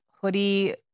hoodie